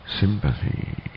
sympathy